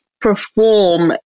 perform